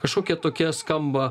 kažkokie tokie skamba